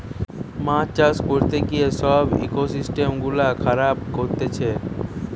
মাছ চাষ করতে গিয়ে সব ইকোসিস্টেম গুলা খারাব করতিছে